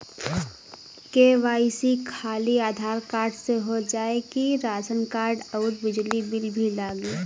KYC खाली Aadhaar card से हो जाए कि राशन कार्ड अउर बिजली बिल भी लगी?